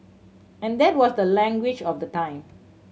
and that was the language of the time